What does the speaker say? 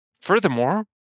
furthermore